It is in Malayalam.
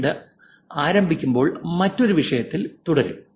2 ആരംഭിക്കുമ്പോൾ മറ്റൊരു വിഷയത്തിൽ തുടരും